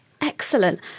Excellent